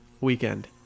weekend